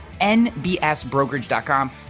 nbsbrokerage.com